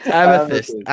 amethyst